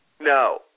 No